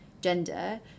gender